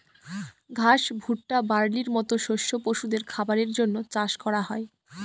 ঘাস, ভুট্টা, বার্লির মতো শস্য পশুদের খাবারের জন্য চাষ করা হোক